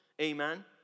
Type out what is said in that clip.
Amen